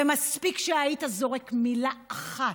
ומספיק שהיית זורק מילה אחת,